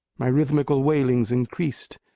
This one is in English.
my rhythmical wailings increased,